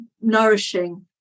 nourishing